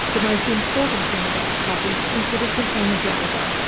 the most important thing about coffee is that it's an energiser,